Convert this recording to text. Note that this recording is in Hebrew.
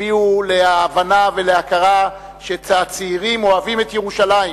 הביאו להבנה ולהכרה שהצעירים אוהבים את ירושלים.